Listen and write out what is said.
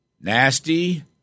Nasty